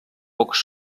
pocs